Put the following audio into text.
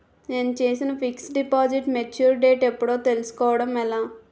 నేను చేసిన fixed deposit mature date ఎప్పుడో తెల్సుకోవడం ఎలా?